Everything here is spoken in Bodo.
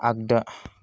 आगदा